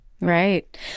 Right